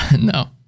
no